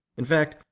in fact,